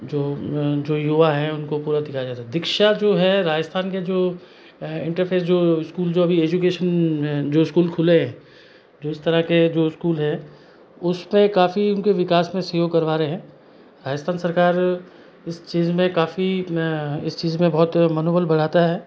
जो जो युवा हैं उनको पूरा सिखाया जाता है दीक्षा जो है राजस्थान के जो इंटरफेस जो स्कूल जो एजुकेशन जो स्कूल खुले हैं जो इस तरह के जो स्कूल है उसके काफ़ी उनके विकास में सहयोग करवा रहे हैं राजस्थान सरकार उस चीज़ में काफ़ी इस चीज़ में बहुत मनोबल बढ़ाता है